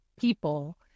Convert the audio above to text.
people